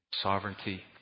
sovereignty